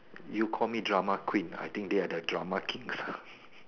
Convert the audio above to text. you call me drama queen I think they are the drama kings ah